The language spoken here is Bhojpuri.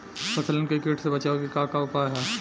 फसलन के कीट से बचावे क का उपाय है?